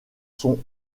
sont